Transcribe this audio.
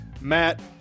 Matt